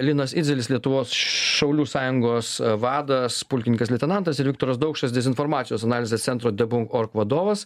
linas idzelis lietuvos šaulių sąjungos vadas pulkininkas leitenantas ir viktoras daukšas dezinformacijos analizės centro debunk ork vadovas